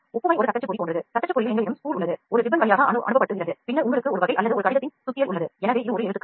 ஒப்புமை ஒரு தட்டச்சுப்பொறி போன்றது தட்டச்சுப் பொறியில் எங்களிடம் ஸ்பூல் உள்ளது ஒரு நாடா வழியாக அனுப்பப்படுகிறது பின்னர் எழுத்துகள் தட்டச்சு செய்யப்படுகின்றன